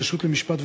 הרשות למשפט,